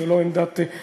זו לא עמדת הממשלה,